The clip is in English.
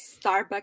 starbucks